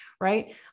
right